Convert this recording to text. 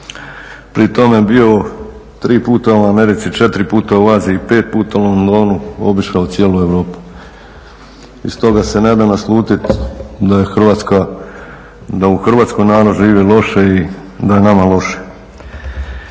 pri tome je bio tri puta u Americi, četiri puta u Aziji, pet puta u Londonu, obišao cijelu Europu. I s toga se da naslutit da je Hrvatska, da u Hrvatskoj narod živi loše i da je nama loše.